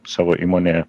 savo įmonėje